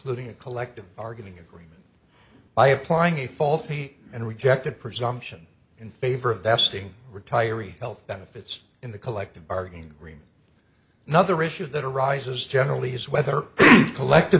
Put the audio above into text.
including a collective bargaining agreement by applying a faulty and rejected presumption in favor of besting retiree health benefits in the collective bargaining agreement another issue that arises generally is whether collective